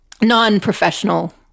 non-professional